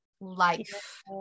life